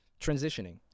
transitioning